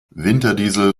winterdiesel